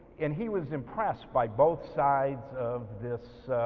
and he was impressed by both sides of this